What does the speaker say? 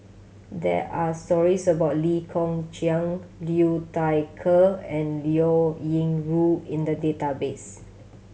there are stories about Lee Kong Chian Liu Thai Ker and Liao Yingru in the database